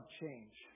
change